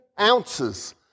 ounces